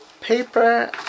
paper